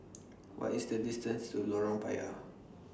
What IS The distance to Lorong Payah